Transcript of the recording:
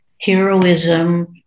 heroism